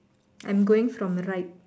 I'm going from right